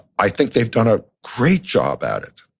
i think they've done a great job at it.